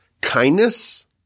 kindness